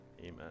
Amen